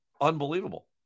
unbelievable